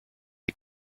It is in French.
des